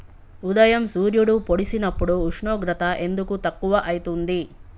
ఉదయం సూర్యుడు పొడిసినప్పుడు ఉష్ణోగ్రత ఎందుకు తక్కువ ఐతుంది?